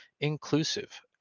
inclusive